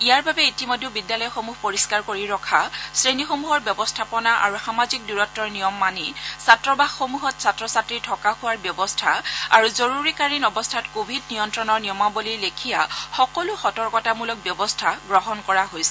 ইয়াৰ বাবে ইতিমধ্যে বিদ্যালয়সমূহ পৰিস্কাৰ কৰি ৰখা শ্ৰেণীসমূহৰ ব্যৱস্থাপনা আৰু সামাজিক দূৰত্বৰ নিয়ম মানি ছাত্ৰাবাসমূহত ছাত্ৰ ছাত্ৰী থকা খোৱাৰ ব্যৱস্থা আৰু জৰুৰীকালীন অৱস্থাত কোভিড নিয়ন্ত্ৰণৰ নিয়মাৱলীৰ লেখীয়া সকলো সতৰ্কতামূলক ব্যৱস্থা গ্ৰহণ কৰা হৈছে